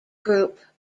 group